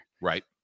Right